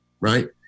right